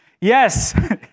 Yes